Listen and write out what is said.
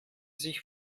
sich